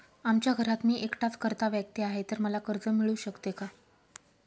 आमच्या घरात मी एकटाच कर्ता व्यक्ती आहे, तर मला कर्ज मिळू शकते का?